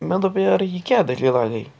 مےٚ دوٚپ یارٕ یہِ کیٛاہ دٔلیٖلا گٔے